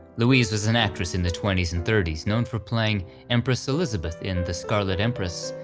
louise was an actress in the twenty s and thirty s known for playing empress elizabeth in the scarlet empress,